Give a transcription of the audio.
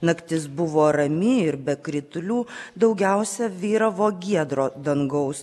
naktis buvo rami ir be kritulių daugiausia vyravo giedro dangaus